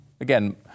again